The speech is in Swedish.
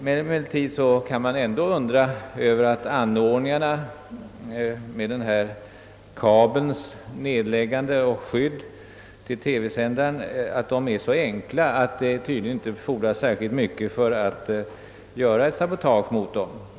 Men man kan ju undra över att kabeln till TV-sändaren har lagts ned så att det tydligen inte fordras särskilt mycket för att göra sabotage mot den.